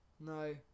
No